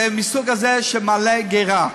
זה מהסוג הזה שמעלה גרה,